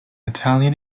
italian